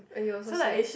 !aiyo! so sad